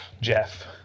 Jeff